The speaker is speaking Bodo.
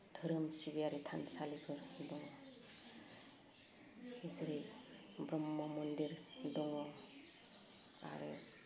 धोरोम सिबियारि थानसालिफोर दं जेरै ब्रह्म मन्दिर दङ आरो